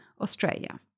Australia